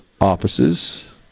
offices